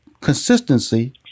consistency